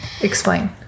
Explain